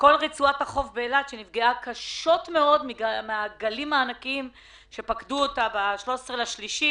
שכל רצועת החוף בעיר אילת נפגעה קשות מאוד שפקדו אותה ב- 13 במרץ,